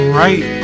right